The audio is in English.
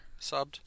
subbed